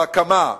בהקמה,